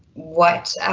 what